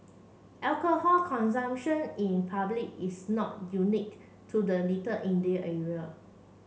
alcohol consumption in public is not unique to the Little India area